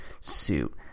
suit